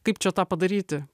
kaip čia tą padaryti